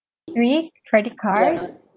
three credit cards